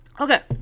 Okay